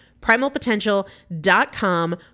Primalpotential.com